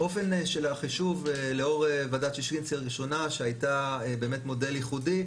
האופן של החישוב לאור ועדת שישינסקי הראשונה שהייתה באמת מודל ייחודי,